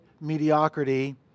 mediocrity